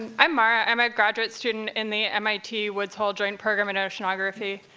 um i'm mara, i'm a graduate student in the mit woods hole joint program in oceanography.